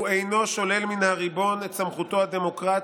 הוא אינו שולל מן הריבון את סמכותו הדמוקרטית.